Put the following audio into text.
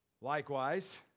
Likewise